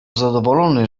zadowolony